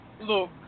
look